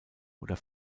oder